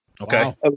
Okay